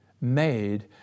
made